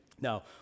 Now